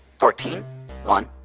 fourteen one.